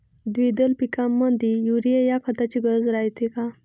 द्विदल पिकामंदी युरीया या खताची गरज रायते का?